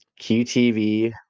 QTV